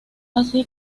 así